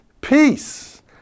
peace